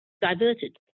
diverted